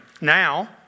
Now